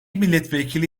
milletvekili